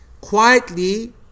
quietly